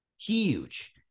Huge